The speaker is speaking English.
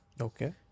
Okay